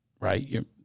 right